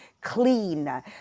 clean